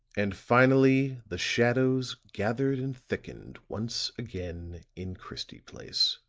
and finally the shadows gathered and thickened once again in christie place.